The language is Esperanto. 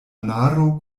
anaro